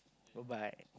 goodbye